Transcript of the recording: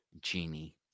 Genie